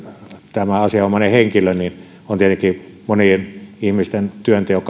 tämä asianomainen henkilö ovat tietenkin monien ihmisten työnteon